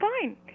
fine